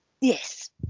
yes